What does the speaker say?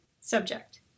Subject